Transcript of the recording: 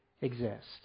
exist